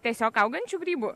tiesiog augančių grybų